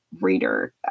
reader